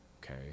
okay